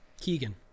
keegan